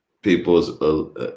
people's